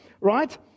right